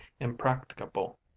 impracticable